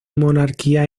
monarquía